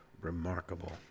remarkable